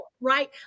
right